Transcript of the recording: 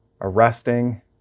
arresting